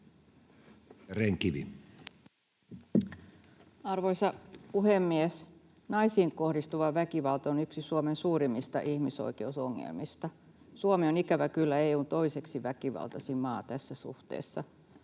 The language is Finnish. Arvoisa puhemies! Naisiin kohdistuva väkivalta on yksi Suomen suurimmista ihmisoikeusongelmista. Suomi on ikävä kyllä EU:n toiseksi väkivaltaisin maa tässä suhteessa.